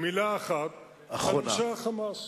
מלה אחת, אחרונה.